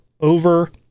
over